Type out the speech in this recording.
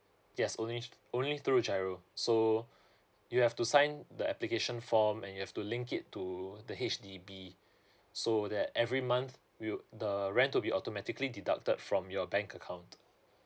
yes only only through giro so you have to sign the application form and you have to link it to the H_D_B so that every month we'll the rent to be automatically deducted from your bank account